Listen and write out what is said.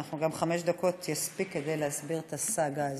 גם חמש דקות יספיקו כדי להסביר את הסאגה הזאת.